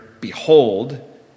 behold